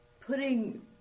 putting